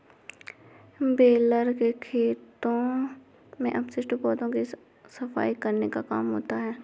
baler से खेतों के अवशिष्ट पौधों की सफाई करने का काम होता है